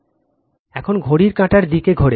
এখন রটার ঘড়ির কাঁটার দিকে ঘোরে